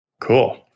Cool